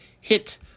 hit